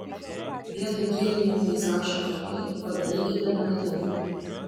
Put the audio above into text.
vietoj dieninio peizažo kalnai padarykite naktinį